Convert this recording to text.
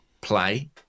play